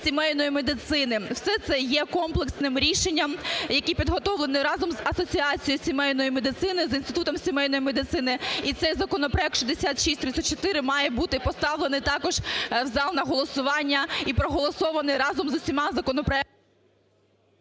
все це є комплексним рішенням, які підготовлені разом з Асоціацією сімейної медицини, з Інститутом сімейної медицини. І цей законопроект, 6634, має бути поставлений також в зал на голосування і проголосований разом з усіма законопроектами…